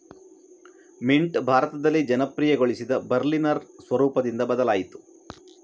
mint ಭಾರತದಲ್ಲಿ ಜನಪ್ರಿಯಗೊಳಿಸಿದ Berliner ಸ್ವರೂಪದಿಂದ ಬದಲಾಯಿತು